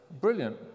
Brilliant